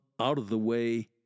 out-of-the-way